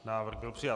Návrh byl přijat.